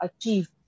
achieve